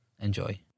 enjoy